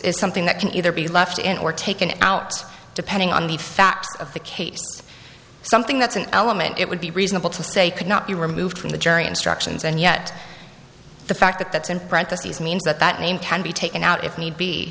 is something that can either be left in or taken out depending on the facts of the case something that's an element it would be reasonable to say could not be removed from the jury instructions and yet the fact that that's in parentheses means that that name can be taken out if need be